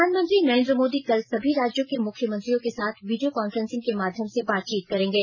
प्रधानमंत्री नरेन्द्र मोदी कल सभी राज्यों के मुख्यमंत्रियों के साथ वीडियो कॉफ्रेंसिंग के माध्यम से बातचीत करेंगे